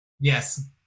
Yes